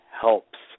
helps